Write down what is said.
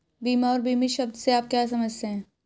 बीमा और बीमित शब्द से आप क्या समझते हैं?